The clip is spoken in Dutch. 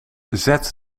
zet